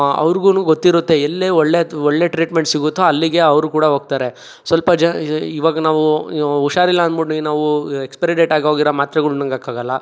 ಅವ್ರಿಗು ಗೊತ್ತಿರುತ್ತೆ ಎಲ್ಲೆ ಒಳ್ಳೆದು ಒಳ್ಳೆ ಟ್ರೀಟ್ಮೆಂಟ್ ಸಿಗುತ್ತೋ ಅಲ್ಲಿಗೆ ಅವರು ಕೂಡ ಹೋಗ್ತಾರೆ ಸ್ವಲ್ಪ ಜ ಇವಾಗ ನಾವು ಹುಷಾರಿಲ್ಲ ಅನ್ಬುಟ್ಟಿ ನಾವು ಎಕ್ಸ್ಪೈರಿ ಡೇಟ್ ಆಗೋಗಿರೋ ಮಾತ್ರೆಗಳ್ ನುಂಗಕ್ಕಾಗಲ್ಲ